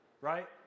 right